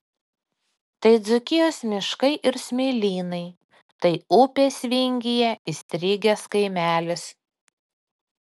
tai dzūkijos miškai ir smėlynai tai upės vingyje įstrigęs kaimelis